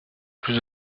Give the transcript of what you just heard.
plus